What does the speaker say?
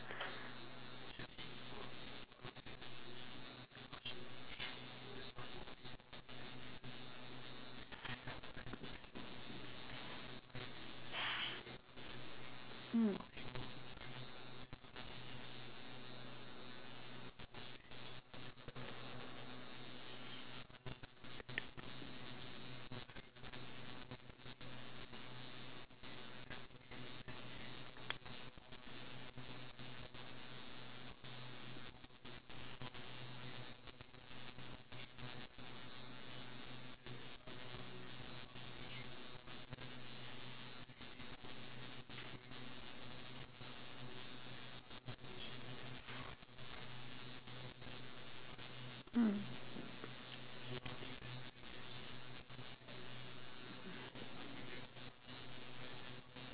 mm mm